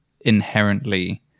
inherently